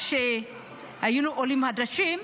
כשהיינו עולים חדשים,